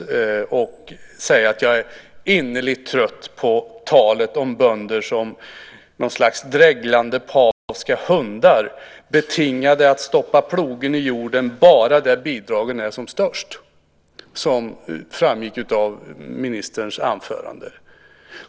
Jag måste säga att jag är innerligt trött på talet om bönder som något slags dreglande Pavlovska hundar betingade att stoppa plogen i jorden bara där bidragen är som störst - som ju framgick av ministerns anförande.